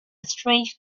strange